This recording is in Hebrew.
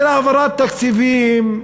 של העברת תקציבים,